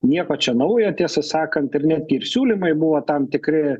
nieko čia naujo tiesą sakant ir netgi ir siūlymai buvo tam tikri